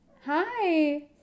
Hi